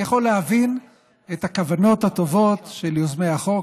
אני יכול להבין את הכוונות הטובות של יוזמי החוק,